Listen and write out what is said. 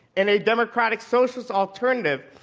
in a democratic socialist alternative,